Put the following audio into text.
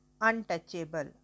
untouchable